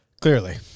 Clearly